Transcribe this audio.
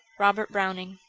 robert browning.